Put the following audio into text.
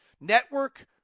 Network